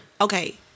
okay